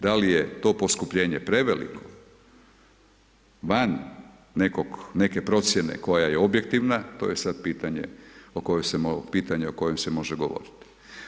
Da li je to poskupljenje preveliko, van neke procjene koja je objektivna, to je sad pitanje o kojem se može govoriti.